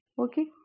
Okay